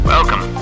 Welcome